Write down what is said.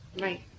Right